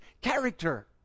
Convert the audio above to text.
character